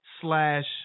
slash